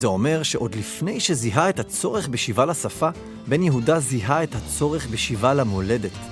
זה אומר שעוד לפני שזיהה את הצורך בשיבה לשפה, בן יהודה זיהה את הצורך בשיבה למולדת.